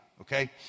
okay